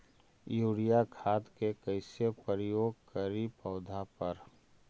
Urea खाद के कैसे प्रयोग करि पौधा पर?